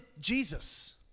Jesus